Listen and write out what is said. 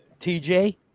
TJ